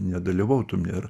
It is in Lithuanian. nedalyvautum ir